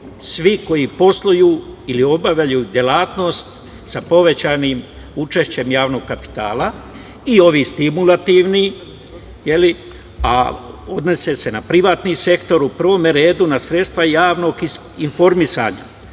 Svi koji posluju ili obavljaju delatnost sa povećanim učešćem javnog kapitala i ovi stimulativni, a odnose se na privatni sektor. U prvom redu na sredstva javnog informisanja.